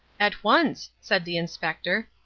at once, said the inspector.